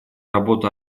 работа